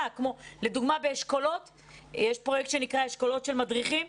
לדוגמה, יש פרויקט שנקרא אשכולות של מדריכים.